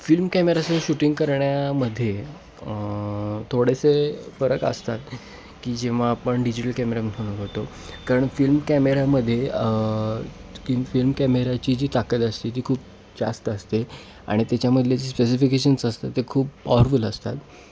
film कॅमेऱ्यासह shooting करण्यामध्ये थोडेसे फरक असतात की जेव्हा आपण डिजिटल कॅमेरामन होतो कारण फिल्म कॅमेऱ्यामध्ये की फिल्म कॅमेऱ्याची जी ताकद असते ती खूप जास्त असते आणि त्याच्यामधले जे स्पेसिफिकेशन्स असतात ते खूप पॉवरफुल असतात